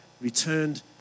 returned